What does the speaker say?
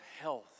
health